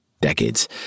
decades